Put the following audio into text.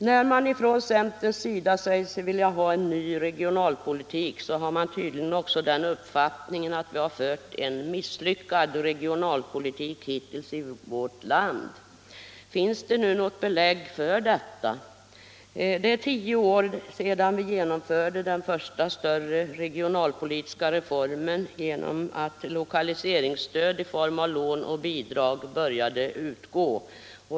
När centern säger sig vilja ha en ny regionalpolitik har man tydligen också den uppfattningen att vi har fört en misslyckad regionalpolitik hittills i vårt land. Finns det nu något belägg för detta? Det är tio år sedan vi genomförde den första större regionalpolitiska reformen genom att lokaliseringsstöd i form av lån och bidrag började utgå.